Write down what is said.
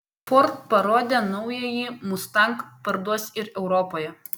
ford parodė naująjį mustang parduos ir europoje